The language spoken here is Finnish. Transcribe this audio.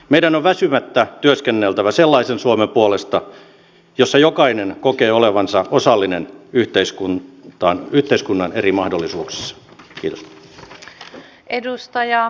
meidän on väsymättä työskenneltävä sellaisen suomen puolesta jossa jokainen kokee olevansa osallinen yhteiskunnan eri mahdollisuuksista